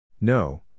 No